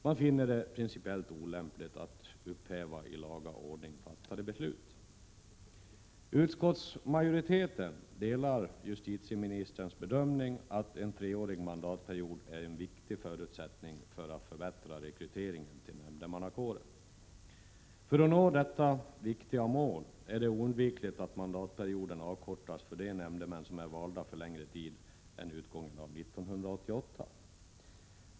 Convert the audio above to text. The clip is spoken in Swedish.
Man finner det principiellt olämpligt att upphäva i laga ordning fattade beslut. Utskottsmajoriteten delar justitieministerns bedömning att en treårig mandatperiod är en viktig förutsättning för att förbättra rekryteringen till nämndemannakåren. För att nå detta viktiga mål är det oundvikligt att mandatperioden avkortas för de nämndemän som är valda för längre tid än till utgången av 1988.